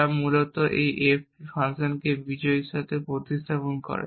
যা মূলত এই fp জিনিসটিকে বিজয়ীর সাথে প্রতিস্থাপন করে